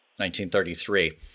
1933